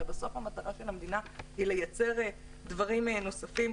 הרי בסוף המטרה של המדינה היא לייצר דברים נוספים.